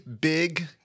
big